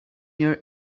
near